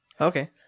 Okay